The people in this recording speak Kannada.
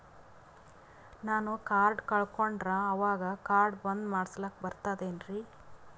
ನಾನು ಕಾರ್ಡ್ ಕಳಕೊಂಡರ ಅವಾಗ ಕಾರ್ಡ್ ಬಂದ್ ಮಾಡಸ್ಲಾಕ ಬರ್ತದೇನ್ರಿ?